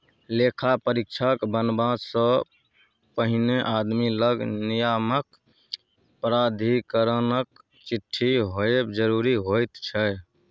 लेखा परीक्षक बनबासँ पहिने आदमी लग नियामक प्राधिकरणक चिट्ठी होएब जरूरी होइत छै